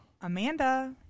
Amanda